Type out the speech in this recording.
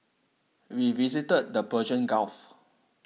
we visited the Persian Gulf